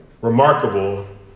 remarkable